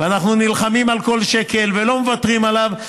ואנחנו נלחמים על כל שקל ולא מוותרים עליו,